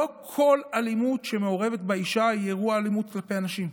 לא כל אלימות שמעורבת בה אישה היא אירוע אלימות כלפי נשים.